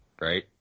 right